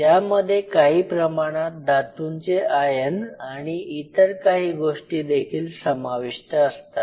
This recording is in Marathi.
यामध्ये काही प्रमाणात धातूंचे आयन आणि इतर काही गोष्टी देखील समाविष्ट असतात